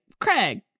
Craig